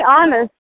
honest